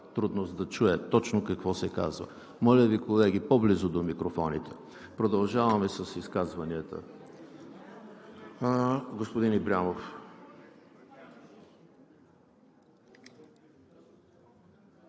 трудност да чуя точно какво се казва. Моля Ви, колеги, по-близо до микрофоните. Продължаваме с изказванията. Господин Ибрямов.